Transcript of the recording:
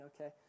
okay